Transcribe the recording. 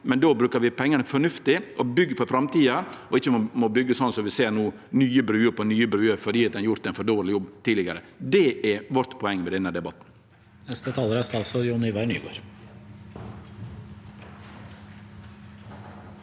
men då brukar vi pengane fornuftig og byggjer for framtida. Vi må ikkje byggje sånn som vi ser no: nye bruer på nye bruer fordi ein har gjort ein for dårleg jobb tidlegare. Det er vårt poeng med denne debatten.